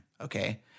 Okay